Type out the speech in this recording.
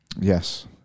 Yes